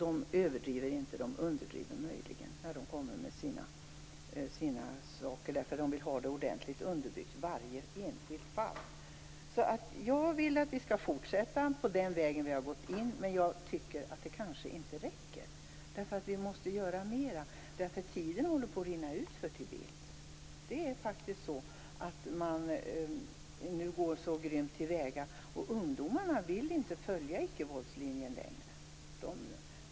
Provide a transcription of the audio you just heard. Amnesty överdriver inte utan underdriver möjligen när man presenterar sina uppgifter, därför att man vill ha varje enskilt fall ordentligt underbyggt. Jag vill att vi skall fortsätta på den väg vi har börjat, men jag tycker att det inte räcker. Vi måste göra mer, eftersom tiden håller på att rinna ut för Tibet. Man går faktiskt väldigt grymt till väga, och ungdomarna vill inte följa icke-våldslinjen längre.